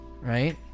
Right